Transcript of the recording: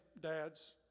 dads